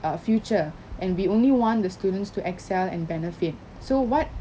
uh future and we only want the students to excel and benefit so what